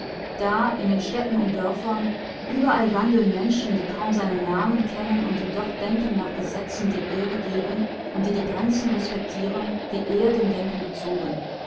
da in den städten und dörfern überall wandeln menschen die kaum seinen namen kennen und die doch denken nach gesetzen die er gegeben und die die grenzen respektieren die er dem denken gezogen